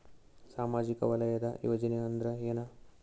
ಸಾಮಾಜಿಕ ವಲಯದ ಯೋಜನೆ ಅಂದ್ರ ಏನ?